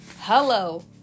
hello